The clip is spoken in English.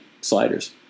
sliders